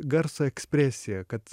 garso ekspresija kad